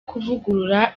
kuvugurura